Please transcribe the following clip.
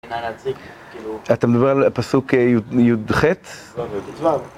אתה מדבר על פסוק י"ח? לא, בט"ו.